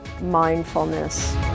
mindfulness